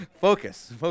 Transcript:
Focus